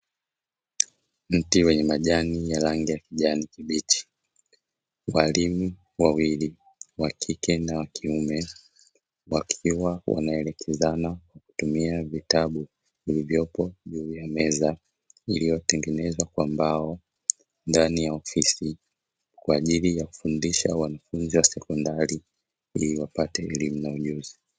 Mti wenye majani ya rangi ya kijani kibichi, walimu wawili wa kike na wa kiume wakiwa wanaelekezana kutumia vitabu vilivyopo juu ya meza iliyotengenezwa kwa mbao ndani ya ofisi kwa ajili ya kufundisha wanafunzi wa sekondari ili wapate elimu na ujuzi.